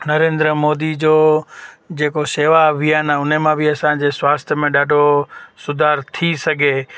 नरेंद्र मोदी जो जेको सेवा अभियान आहे उनमां बि असांजे स्वास्थ में ॾाढो सुधार थी सघे